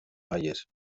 noies